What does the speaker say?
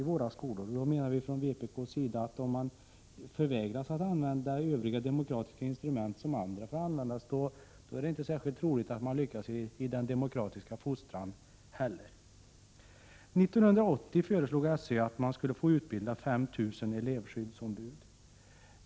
lagerhållare av stråförkortningsmedel Från vpk:s sida menar vi att om man förvägras att använda de demokratiska instrument som andra människor får använda, är det inte särskilt troligt att man lyckas med denna demokratiska fostran. År 1980 föreslog SÖ att man skulle få utbilda 5 000 elevskyddsombud.